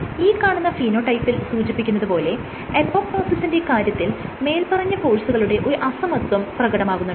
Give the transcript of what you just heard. ഈ കാണുന്ന ഫീനോടൈപ്പിൽ സൂചിപ്പിക്കുന്നത് പോലെ അപോപ്ടോസിസിന്റെ കാര്യത്തിൽ മേല്പറഞ്ഞ ഫോഴ്സുകളുടെ ഒരു അസമത്വം പ്രകടമാകുന്നുണ്ട്